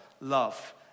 love